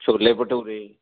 chole bhature